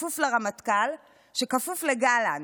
וכפוף לרמטכ"ל שכפוף לגלנט,